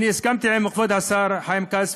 הסכמתי עם כבוד השר חיים כץ,